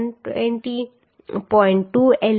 2 L1 by r 120